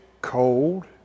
cold